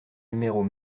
numéros